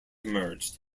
emerged